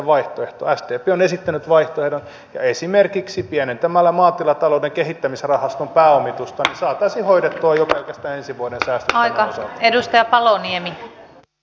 sdp on esittänyt vaihtoehdon ja esimerkiksi pienentämällä maatilatalouden kehittämisrahaston pääomitusta saataisiin hoidettua jo pelkästään ensi vuoden säästöt tämän osalta